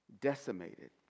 decimated